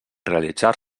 realitzar